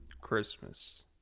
Christmas